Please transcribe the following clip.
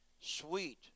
Sweet